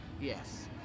Yes